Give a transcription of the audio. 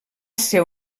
ser